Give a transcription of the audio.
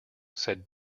said